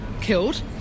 killed